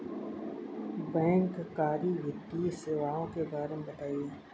बैंककारी वित्तीय सेवाओं के बारे में बताएँ?